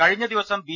കഴിഞ്ഞദിവസം ബി